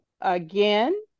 Again